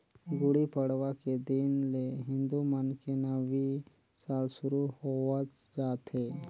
गुड़ी पड़वा के दिन ले हिंदू मन के नवी साल सुरू होवस जाथे